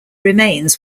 remains